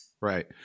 Right